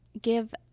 give